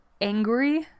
angry